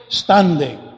standing